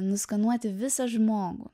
nuskanuoti visą žmogų